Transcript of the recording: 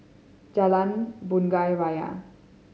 Jalan Bunga Raya